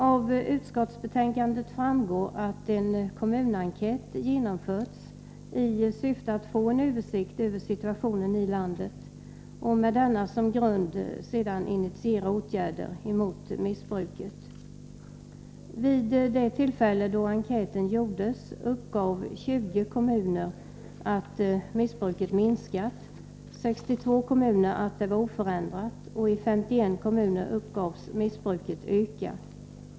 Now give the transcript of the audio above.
Av utskottsbetänkandet framgår att en kommunenkät har genomförts i syfte att få en översikt över situationen i landet och med denna som grund sedan initiera åtgärder mot missbruket. Vid det tillfälle då enkäten gjordes uppgav 20 kommuner att missbruket minskat och 62 att det var oförändrat. 51 kommuner uppgav att missbruket ökat.